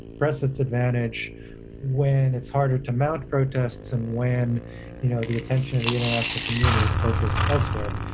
press its advantage when it's harder to mount protests and when you know the attention of the international community is focused elsewhere.